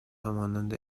همانند